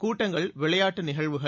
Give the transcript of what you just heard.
கூட்டங்கள் விளையாட்டு நிகழ்வுகள்